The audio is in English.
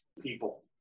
people